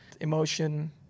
Emotion